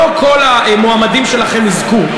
לא כל המועמדים שלכם יזכו.